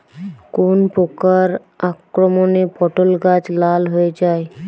কোন প্রকার আক্রমণে পটল গাছ লাল হয়ে যায়?